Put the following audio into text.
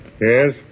Yes